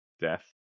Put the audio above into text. death